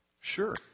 Sure